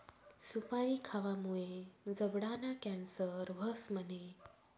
सुपारी खावामुये जबडाना कॅन्सर व्हस म्हणे?